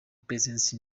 presence